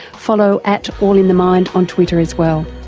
follow at allinthemind on twitter as well.